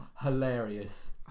hilarious